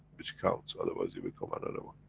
which counts, otherwise you become another one.